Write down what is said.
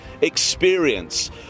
experience